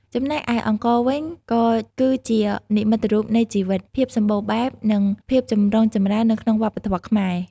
ចំណែកឯអង្ករវិញ ក៏គឺជានិមិត្តរូបនៃជីវិត ភាពសម្បូរបែប និងភាពចម្រុងចម្រើននៅក្នុងវប្បធម៌ខ្មែរ។